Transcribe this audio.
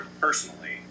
personally